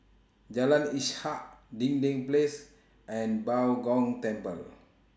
Jalan Ishak Dinding Place and Bao Gong Temple